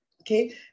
okay